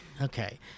okay